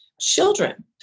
children